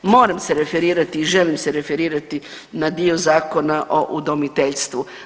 Moram se referirati i želim se referirati na dio Zakona o udomiteljstvu.